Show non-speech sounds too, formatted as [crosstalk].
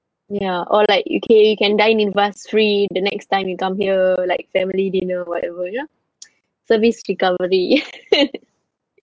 ya or like okay you can dine with us free the next time you come here like family dinner whatever ya [noise] service recovery [laughs]